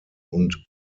und